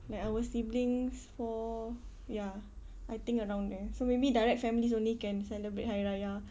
like our siblings four ya I think around there so maybe direct families only can celebrate hari raya